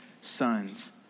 sons